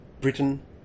Britain